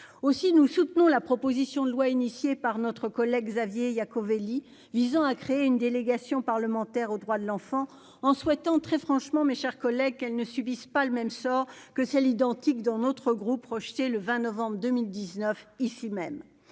Aussi, nous soutenons la proposition de loi initiée par notre collègue Xavier Iacovelli visant à créer une délégation parlementaire aux droits de l'enfant en souhaitant très franchement, mes chers collègues, qu'elles ne subissent pas le même sort que si identique dans notre groupe projeté le 20 novembre 2019, ici même.